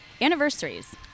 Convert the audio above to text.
anniversaries